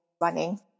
running